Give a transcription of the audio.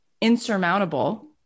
insurmountable